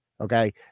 okay